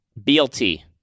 BLT